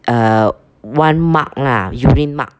err one mark lah urine mark